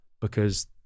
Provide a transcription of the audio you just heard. because-